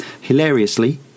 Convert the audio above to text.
Hilariously